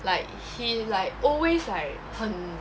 like he like always like 很